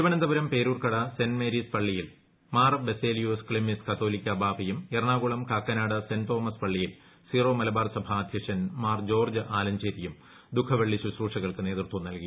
Thiruvananthapuram Peroorkada saint Mary's പള്ളിയിൽ മാർ ് ബസേലിയോസ് ക്സിമ്മിസ് കത്തോലിക്കാ ബാവയും എറണാകുളം കൊക്കനാട് സെന്റ് തോമസ് പള്ളിയിൽ സീറോ മലബാർ സഭ അദ്ധ്യക്ഷൻ മാർ ജോർജ്ജ് ആലഞ്ചേരിയും ദുഃഖവെള്ളി ശുശ്രൂഷകൾക്ക് നേതൃത്വം നൽകി